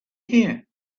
here